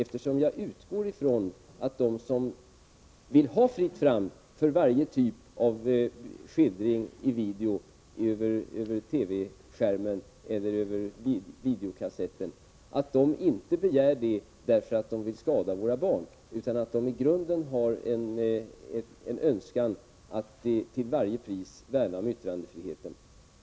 Jag utgår nämligen ifrån att de som begär att det skall vara fritt fram för varje typ av skildring av det här slaget över TV-skärmen eller över videokassetten inte gör det därför att de vill skada våra barn, utan att de i grunden har en önskan att till varje pris värna om yttrandefriheten.